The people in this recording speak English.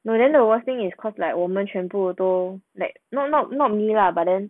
no then the worst thing is cause like 我们全部都 like not not not me lah but then